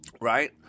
Right